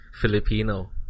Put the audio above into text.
filipino